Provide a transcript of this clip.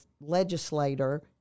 legislator